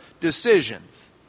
decisions